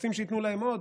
רוצים שייתנו להם עוד,